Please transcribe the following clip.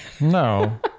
No